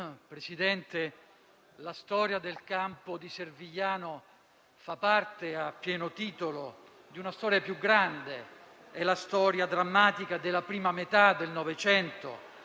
colleghi, la storia del campo di Servigliano fa parte a pieno titolo di una storia più grande: la storia drammatica della prima metà del Novecento,